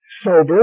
sober